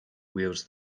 wields